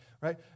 right